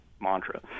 mantra